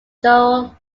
joel